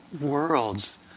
worlds